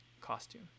costume